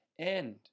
end